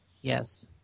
Yes